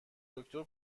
دکتر